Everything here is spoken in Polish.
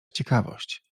ciekawość